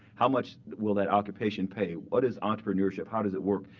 how much will that occupation pay? what is entrepreneurship? how does it work?